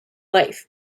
life